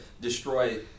destroy